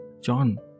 John